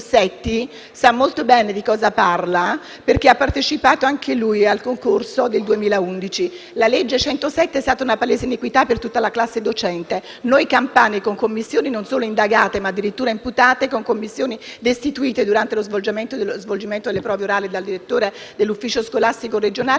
sa molto bene di cosa parla, perché ha partecipato anche lui al concorso del 2011. La legge n. 107 del 2017 è stata una palese iniquità per tutta la classe docente. Noi campani, con commissioni non solo indagate ma addirittura imputate, con commissioni destituite durante lo svolgimento delle prove orali dal direttore dell'ufficio scolastico regionale,